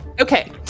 Okay